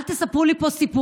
אל תספרו לי פה סיפורים.